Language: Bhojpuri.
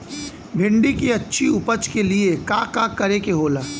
भिंडी की अच्छी उपज के लिए का का करे के होला?